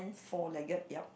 four legged yup